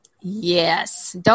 Yes